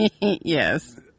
Yes